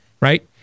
right